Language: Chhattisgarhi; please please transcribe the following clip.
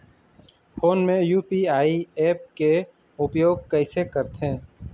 फोन मे यू.पी.आई ऐप के उपयोग कइसे करथे?